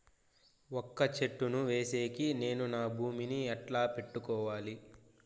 వక్క చెట్టును వేసేకి నేను నా భూమి ని ఎట్లా పెట్టుకోవాలి?